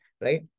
Right